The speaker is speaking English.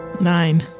Nine